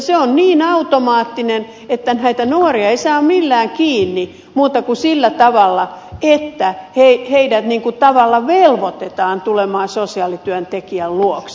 se on niin automaattinen että näitä nuoria ei saa millään kiinni muuta kuin sillä tavalla että heidät tavallaan velvoitetaan tulemaan sosiaalityöntekijän luokse